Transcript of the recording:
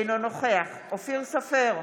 אינו נוכח אופיר סופר,